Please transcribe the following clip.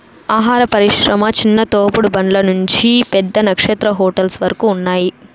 ఆహార పరిశ్రమ చిన్న తోపుడు బండ్ల నుంచి పెద్ద నక్షత్ర హోటల్స్ వరకు ఉన్నాయ్